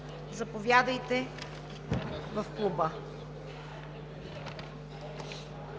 Заповядайте в Клуба.